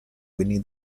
winnie